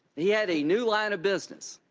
he had a new line of business.